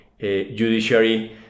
judiciary